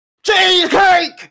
Cheesecake